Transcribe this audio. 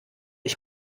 ich